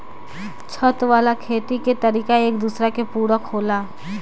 छत वाला खेती के तरीका एक दूसरा के पूरक होला